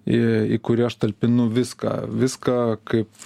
į į kurį aš talpinu viską viską kaip